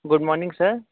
good morning sir